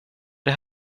det